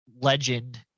legend